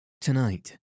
Tonight